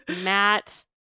Matt